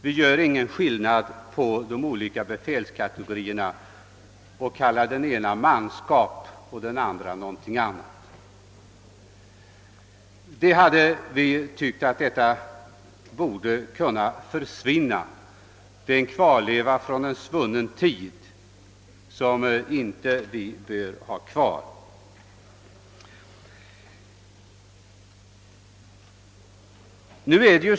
Vi gör ingen skillnad mellan de olika befälskategorierna och kallar den ena manskap och den andra någonting annat. Vi har tyckt att detta, som är en kvarleva från svunna tider, borde försvinna.